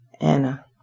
Anna